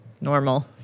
normal